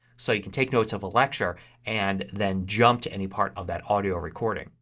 so you can take notes of a lecture and then jump to any part of that audio recording.